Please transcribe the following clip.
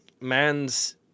man's